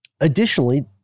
additionally